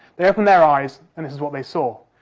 they opened their eyes and this is what they saw.